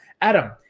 Adam